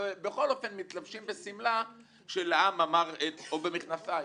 ובכל אופן מתלבשים בשמלה - או במכנסיים,